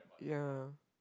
ya